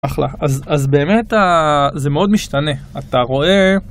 אחלה. אז באמת זה מאוד משתנה. אתה רואה...